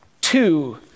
two